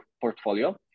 portfolio